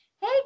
hey